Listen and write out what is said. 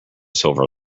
silver